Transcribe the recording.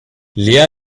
lea